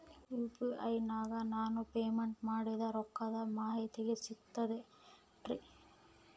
UPI ನಾಗ ನಾನು payment ಮಾಡಿದ ರೊಕ್ಕದ ಮಾಹಿತಿ ಸಿಕ್ತದೆ ಏನ್ರಿ?